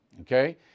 okay